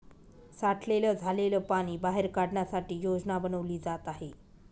साठलेलं झालेल पाणी बाहेर काढण्यासाठी योजना बनवली जात आहे